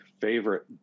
favorite